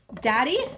Daddy